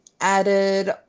added